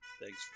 Thanks